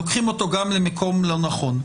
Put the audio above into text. לוקחים אותו למקום לא נכון,